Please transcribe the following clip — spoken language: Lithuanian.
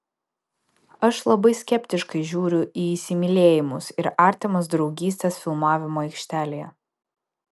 aš labai skeptiškai žiūriu į įsimylėjimus ir artimas draugystes filmavimo aikštelėje